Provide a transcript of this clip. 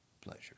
pleasure